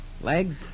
Legs